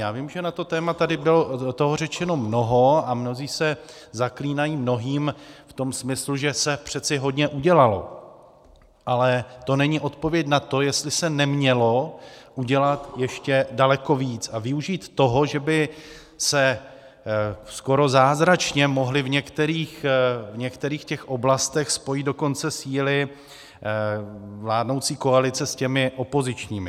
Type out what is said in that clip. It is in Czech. Já vím, že na to téma tady bylo řečeno mnoho, a mnozí se zaklínají mnohým v tom smyslu, že se přeci hodně udělalo, ale to není odpověď na to, jestli se nemělo udělat ještě daleko víc, a udělat toho, že by se skoro zázračně mohly v některých oblastech spojit dokonce síly vládnoucí koalice s těmi opozičními.